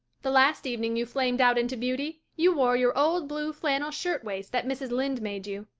the last evening you flamed out into beauty you wore your old blue flannel shirtwaist that mrs. lynde made you.